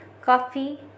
coffee